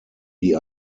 die